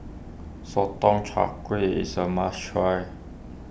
Sotong Char Kway is a must try